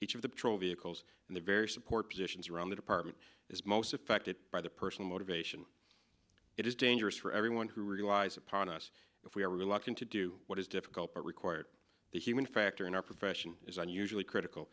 each of the patrol vehicles and the very support positions around the department is most affected by the personal motivation it is dangerous for everyone who relies upon us if we are reluctant to do what is difficult required the human factor in our profession is unusually critical